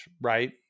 right